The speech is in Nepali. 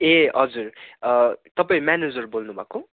ए हजुर तपाईँ म्यानेजर बोल्नु भएको